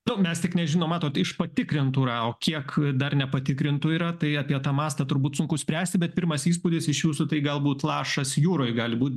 nu mes tik nežinom matot iš patikrintų yra o kiek dar nepatikrintų yra tai apie tą mastą turbūt sunku spręsti bet pirmas įspūdis iš jūsų tai galbūt lašas jūroj gali būt